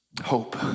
hope